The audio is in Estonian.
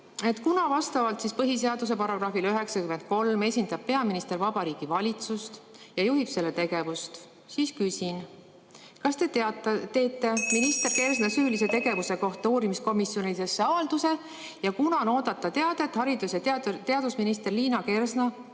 Kuna vastavalt põhiseaduse §‑le 93 esindab peaminister Vabariigi Valitsust ja juhib selle tegevust, siis küsin: kas te teete minister Kersna süülise tegevuse kohta uurimiskomisjonile avalduse? Kunas on oodata teadet haridus‑ ja teadusminister Liina Kersna